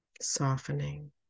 softening